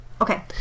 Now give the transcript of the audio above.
Okay